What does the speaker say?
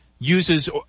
uses